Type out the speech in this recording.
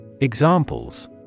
Examples